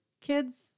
kids